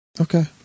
Okay